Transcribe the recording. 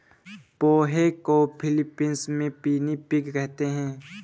पोहे को फ़िलीपीन्स में पिनीपिग कहते हैं